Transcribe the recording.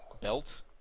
belt